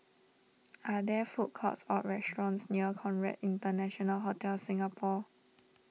are there food courts or restaurants near Conrad International Hotel Singapore